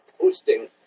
posting